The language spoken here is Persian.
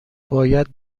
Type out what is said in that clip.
باید